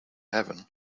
happen